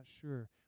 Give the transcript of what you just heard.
sure